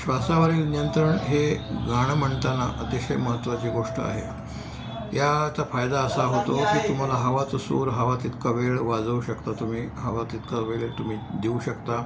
श्वासावरील नियंत्रण हे गाणं म्हणताना अतिशय महत्त्वाची गोष्ट आहे याचा फायदा असा होतो की तुम्हाला हवा तो सूर हवा तितका वेळ वाजवू शकता तुम्ही हवा तितका वेळ तुम्ही देऊ शकता